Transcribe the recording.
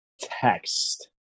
text